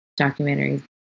documentaries